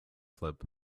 flip